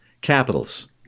capitals